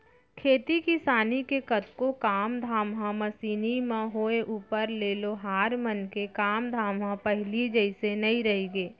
खेती किसानी के कतको काम धाम ह मसीनी म होय ऊपर ले लोहार मन के काम धाम ह पहिली जइसे नइ रहिगे